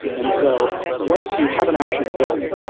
and so once you have an action built,